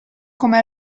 come